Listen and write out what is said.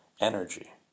energy